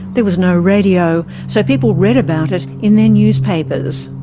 there was no radio, so people read about it in their newspapers.